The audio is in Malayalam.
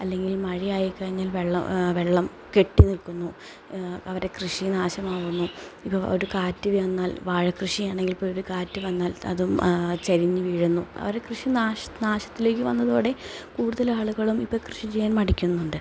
അല്ലെങ്കിൽ മഴ ആയിക്കഴിഞ്ഞാൽ വെള്ളം വെള്ളം കെട്ടി നിൽക്കുന്നു അവരെ കൃഷി നാശമാവുന്നു ഇപ്പോൾ ഒരു കാറ്റ് വന്നാൽ വാഴക്കൃഷിയാണെങ്കിൽ ഇപ്പോൾ ഒരു കാറ്റു വന്നാൽ അതും ചരിഞ്ഞു വീഴുന്നു അവരെ കൃഷി നാശത്തിലേക്ക് വന്നതോടെ കൂടുതൽ ആളുകളും ഇപ്പോൾ കൃഷി ചെയ്യാൻ മടിക്കുന്നുണ്ട്